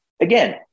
again